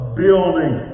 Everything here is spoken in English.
building